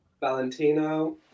Valentino